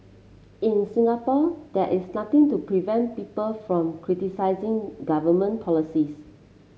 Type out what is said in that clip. in Singapore there is nothing to prevent people from criticising government policies